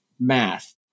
math